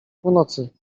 północy